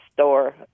store